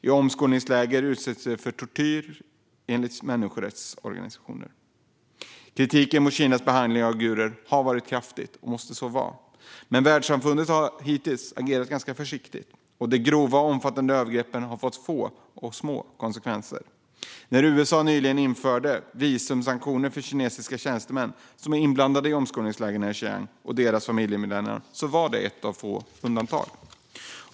I omskolningslägren utsätts de för tortyr, enligt människorättsorganisationer. Kritiken från människorättsorganisationer mot Kinas behandling av uigurerna är kraftig. Världssamfundet har dock hittills agerat ganska försiktigt, och de grova och omfattande övergreppen har fått få och små konsekvenser. När USA nyligen införde visumsanktioner för kinesiska tjänstemän som är inblandade i omskolningslägren i Xinjiang och deras familjemedlemmar var det ett av få undantag.